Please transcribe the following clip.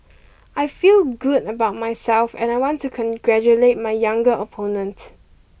I feel good about myself and I want to congratulate my younger opponent